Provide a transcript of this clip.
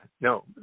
No